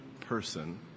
person